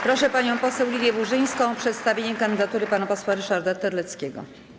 Proszę panią poseł Lidię Burzyńską o przedstawienie kandydatury pana posła Ryszarda Terleckiego.